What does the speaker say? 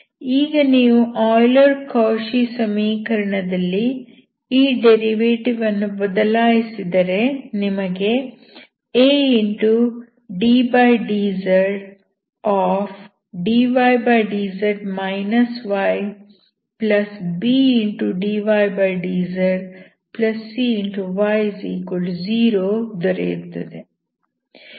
ಈಗ ನೀವು Euler Cauchy ಸಮೀಕರಣದಲ್ಲಿ ಈ ಡೆರಿವೆಟಿವ್ ಗಳನ್ನು ಬದಲಾಯಿಸಿದರೆ ನಿಮಗೆ addzdydz ybdydzcy0 ದೊರೆಯುತ್ತದೆ